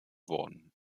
worden